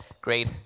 great